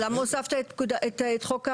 אז למה הוספת את חוק העתיקות?